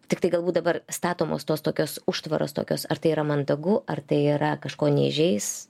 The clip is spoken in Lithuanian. tiktai galbūt dabar statomos tos tokios užtvaros tokios ar tai yra mandagu ar tai yra kažko neįžeis